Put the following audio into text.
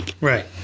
Right